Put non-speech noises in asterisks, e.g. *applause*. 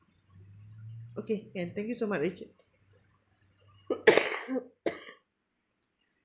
okay can thank you so much rachel *coughs* *coughs*